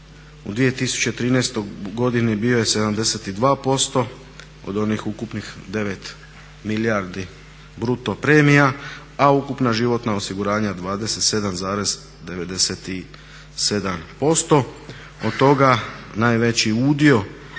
u 2013. godini bio je 72% od onih ukupnih 9 milijardi bruto premija, a ukupna životna osiguranja 27,97%. Od toga najveći udio